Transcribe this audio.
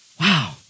Wow